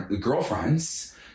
girlfriends